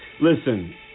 listen